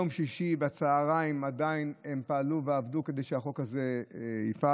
ביום שישי בצוהריים עדיין הן פעלו ועבדו כדי שהחוק הזה יפעל,